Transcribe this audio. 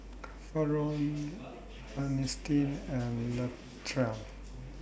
Faron Earnestine and Latrell